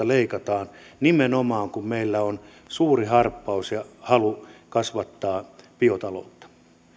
leikataan nimenomaan kun meillä on suuri harppaus ja halu kasvattaa biotaloutta